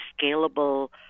scalable